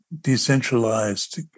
decentralized